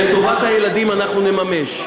ואת טובת הילדים אנחנו נממש.